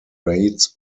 raids